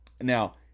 Now